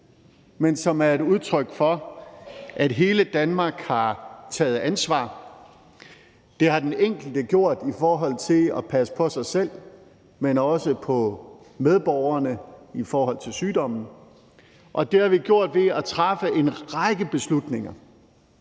men som er et udtryk for, at hele Danmark har taget ansvar. Det har den enkelte gjort i forhold til at passe på sig selv, men også på medborgerne, i forhold til sygdommen, og det har vi gjort ved at træffe en række beslutninger,